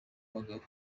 bagabo